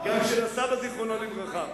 גם של הסבא זיכרונו לברכה.